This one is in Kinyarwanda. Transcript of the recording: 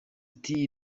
ati